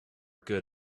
good